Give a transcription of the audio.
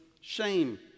shame